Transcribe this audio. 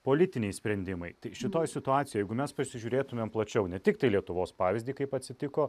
politiniai sprendimai tai šitoj situacijoj jeigu mes pasižiūrėtumėm plačiau ne tiktai lietuvos pavyzdį kaip atsitiko